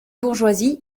bourgeoisie